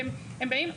והם באים,